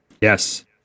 Yes